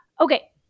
Okay